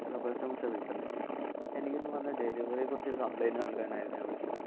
hello customer service അല്ലേ എനിക്ക് ഇന്ന് വന്ന ഡെലിവെറിയെക്കുറിച്ച് ഒരു കംപ്ലൈൻറ്റ് നൽകാനായിരുന്നു ഞാൻ വിളിച്ചത്